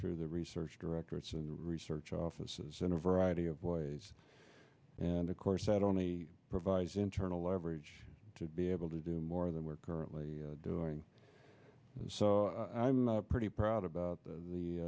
through the research director it's in the research offices in a variety of ways and of course that only provides internal leverage to be able to do more than we're currently doing and so i'm pretty proud about